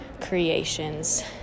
creations